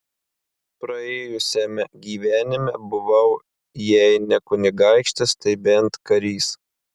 praėjusiame gyvenime buvau jei ne kunigaikštis tai bent karys